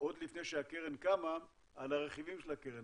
עוד לפני שהקרן קמה על הרכיבים של הקרן,